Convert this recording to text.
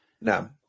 No